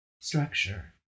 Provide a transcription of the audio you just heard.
structure